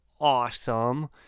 awesome